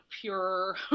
pure